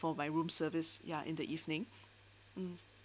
for my room service ya in the evening mm